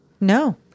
No